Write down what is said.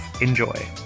Enjoy